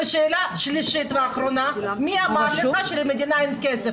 שאלה שלישית ואחרונה, מי אמר לך שלמדינה אין כסף?